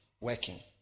working